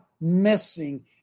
missing